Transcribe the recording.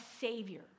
savior